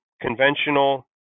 conventional